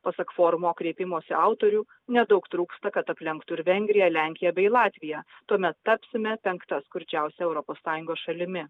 pasak forumo kreipimosi autorių nedaug trūksta kad aplenktų ir vengrija lenkija bei latvija tuomet tapsime penkta skurdžiausia europos sąjungos šalimi